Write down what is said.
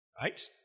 Right